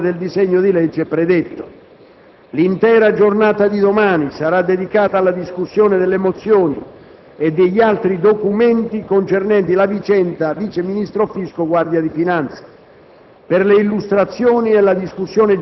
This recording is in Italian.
auspicabilmente dopo l'approvazione del disegno di legge predetto. L'intera giornata di domani sarà dedicata alla discussione delle mozioni e degli altri documenti concernenti la vicenda vice ministro Visco-Guardia di finanza.